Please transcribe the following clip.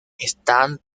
stan